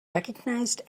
recognized